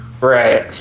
Right